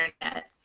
internet